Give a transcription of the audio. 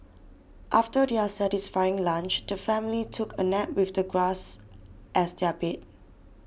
after their satisfying lunch the family took a nap with the grass as their bed